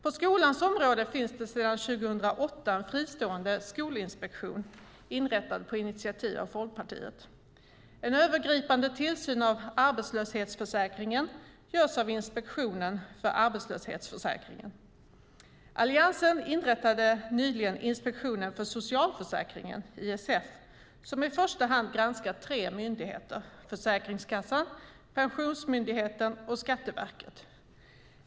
På skolans område finns sedan 2008 en fristående sko1inspektion, inrättad på initiativ av Folkpartiet. En övergripande tillsyn av arbetslöshetsförsäkringen görs av Inspektionen för arbetslöshetsförsäkringen. Alliansen inrättade nyligen Inspektionen för socialförsäkringen, ISF, som i första hand granskar tre myndigheter: Försäkringskassan, Pensionsmyndigheten och Skatteverket.